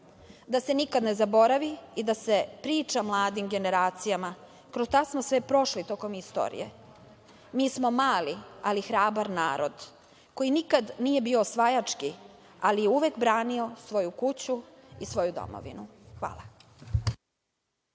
se nikada ne zaboravi i da se priča mladim generacijama kroz šta smo sve prošli tokom istorije. Mi smo mali, ali hrabar narod koji nikada nije bio osvajački, ali je uvek branio svoju kuću i svoju domovinu. Hvala.